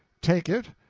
take it,